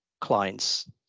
clients